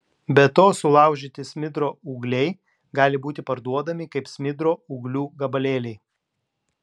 be to sulaužyti smidro ūgliai gali būti parduodami kaip smidro ūglių gabalėliai